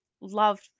love